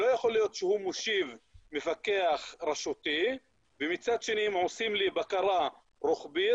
לא יכול להיות שהוא מושיב מפקח רשותי ומצד שני הם עושים לי בקרה רוחבית,